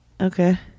Okay